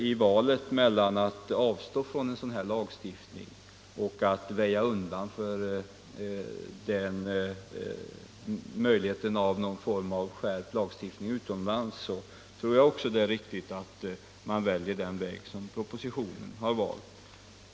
I valet mellan att avstå från denna lagstiftning och att väja undan för möjligheterna av någon form av skärpt lagstiftning utomlands tror jag det är riktigt att välja den väg som propositionen har valt.